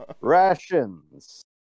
Rations